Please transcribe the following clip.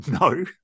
No